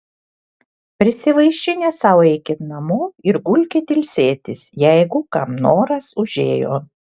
prisivaišinę sau eikit namo ir gulkit ilsėtis jeigu kam noras užėjo